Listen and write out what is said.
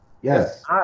Yes